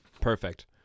Perfect